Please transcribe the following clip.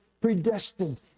predestined